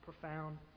profound